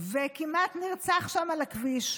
וכמעט נרצח שם על הכביש,